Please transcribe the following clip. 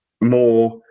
more